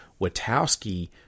Witowski